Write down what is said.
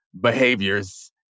behaviors